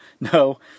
No